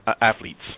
athletes